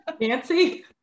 Nancy